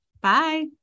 Bye